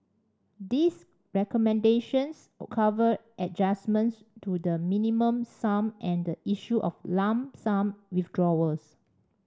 these recommendations cover adjustments to the Minimum Sum and the issue of lump sum withdrawals